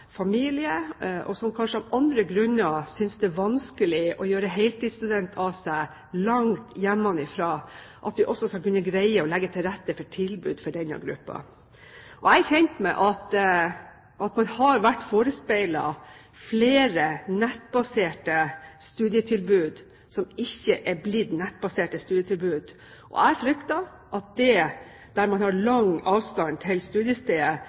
familie, og som kanskje av andre grunner synes det er vanskelig å gjøre heltidsstudent av seg langt hjemmefra, også skal kunne få et tilbud. Jeg er kjent med at man har vært forespeilet flere nettbaserte studietilbud som ikke er blitt nettbaserte studietilbud. Jeg frykter at lang avstand til studiestedet faktisk kan bidra til